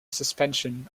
suspension